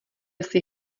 jsi